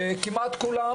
כמעט כולן,